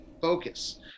focus